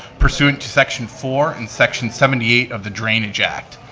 pursuant to section four and section seventy eight of the drainage act.